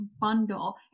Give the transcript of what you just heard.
bundle